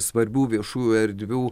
svarbių viešųjų erdvių